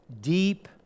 deep